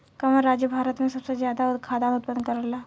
कवन राज्य भारत में सबसे ज्यादा खाद्यान उत्पन्न करेला?